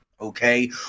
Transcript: okay